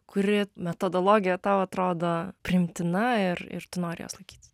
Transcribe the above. kuri metodologija tau atrodo priimtina ir ir tu nori jos laikytis